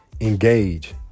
engage